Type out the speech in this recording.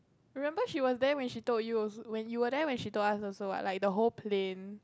remember she was there when she told you also~ when we were there when she told us also what like the whole plane